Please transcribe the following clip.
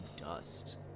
dust